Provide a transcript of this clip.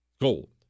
gold